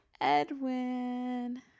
Edwin